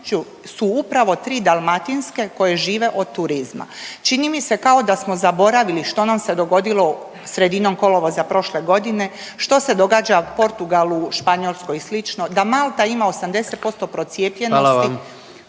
su upravo 3 dalmatinske koje žive od turizma. Čini mi se kao da smo zaboravili što nam se dogodilo sredinom kolovoza prošle godine, što se događa Portugalu, Španjolskoj i slično, da Malta ima 80% procijepljenosti, što reći